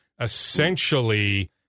essentially